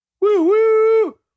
Woo-woo